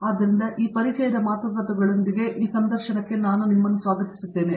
ಆದ್ದರಿಂದ ಪರಿಚಯಗಳ ಈ ಮಾತುಗಳೊಂದಿಗೆ ನಾನು ಈ ಸಂದರ್ಶನಕ್ಕೆ ನಿಮ್ಮನ್ನು ಸ್ವಾಗತಿಸುತ್ತೇನೆ